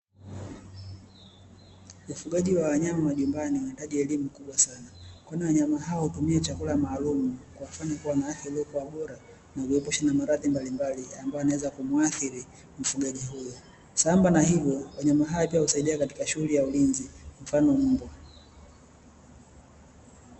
Ufugaji wawanyama majumbani unahitaji elimu kubwa sana, kwani wanyama hao hutumia chakula mahalumu kuwafanya kuwa na afya ilivyokuwa bora na kuepusha na maradhi mbalimbali, ambayo yanaweza kumuathiri mfugaji huyo. Sambamba na hilo, wanyama hao pia husaidia katika shughuli ya ulinzi mfano mmbwa.